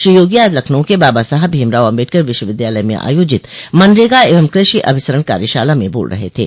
श्री योगी आज लखनऊ के बाबा साहब भीमराव अम्बेडकर विश्वविद्यालय में आयोजित मनरेगा एवं कृषि अभिसरण कार्यशाला में बोल रहे थे